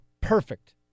perfect